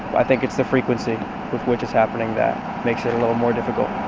i think it's the frequency with which it's happening that makes it a little more difficult